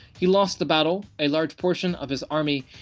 he lost the battle, a large portion of his army,